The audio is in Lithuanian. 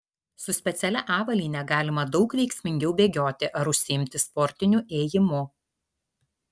su specialia avalyne galima daug veiksmingiau bėgioti ar užsiimti sportiniu ėjimu